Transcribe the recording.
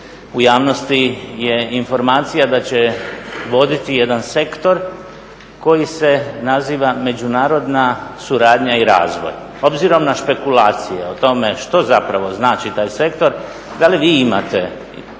U javnosti je informacija da će voditi jedan sektor koji se naziva međunarodna suradnja i razvoj. Obzirom na špekulacije o tome što zapravo znači taj sektor, da li vi imate